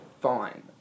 fine